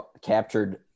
captured